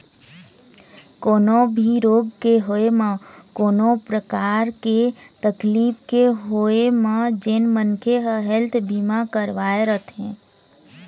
कोनो भी रोग के होय म कोनो परकार के तकलीफ के होय म जेन मनखे ह हेल्थ बीमा करवाय रथे